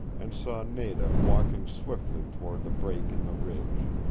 and saw nada walking swiftly toward the break in the ridge.